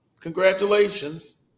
congratulations